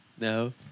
No